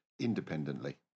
independently